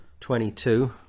22